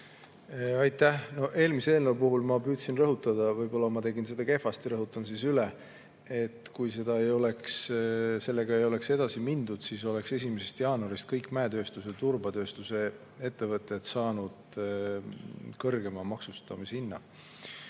Aitäh! Eelmise eelnõu puhul ma püüdsin rõhutada – võib-olla ma tegin seda kehvasti, rõhutan siis üle –, et kui seda ei oleks, sellega ei oleks edasi mindud, siis oleks 1. jaanuarist kõik mäetööstuse ja turbatööstuse ettevõtted saanud kõrgema maksustamishinna.